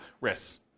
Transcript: risks